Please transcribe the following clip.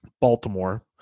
Baltimore